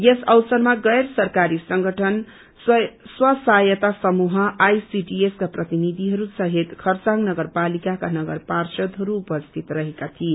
यस अवसरमा गैरसरकारी संगठन स्व सहायता समूह आईसीडरएस का प्रतिनिधिहरूसहित खरसाङ नगरपालिकाका नगर पार्षदहरू उपस्थित रहेका थिए